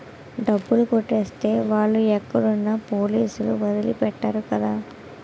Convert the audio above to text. డబ్బులు కొట్టేసే వాళ్ళు ఎక్కడున్నా పోలీసులు వదిలి పెట్టరు కదా